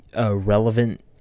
Relevant